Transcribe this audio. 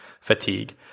fatigue